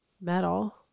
metal